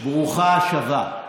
ברוכה השבה.